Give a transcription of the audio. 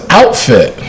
outfit